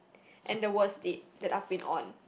and the worst date that I've been on